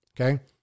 Okay